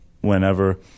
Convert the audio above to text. whenever